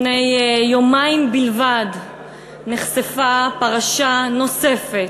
לפני יומיים בלבד נחשפה פרשה נוספת,